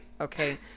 Okay